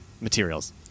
materials